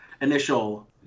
initial